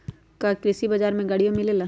का कृषि बजार में गड़ियो मिलेला?